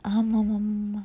ஆமாமம்மா:aamamamma